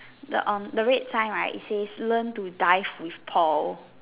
the um the red sign right it says learn to dive with Paul